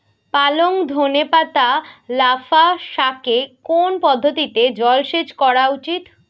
পালং ধনে পাতা লাফা শাকে কোন পদ্ধতিতে জল সেচ করা উচিৎ?